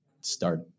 start